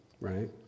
right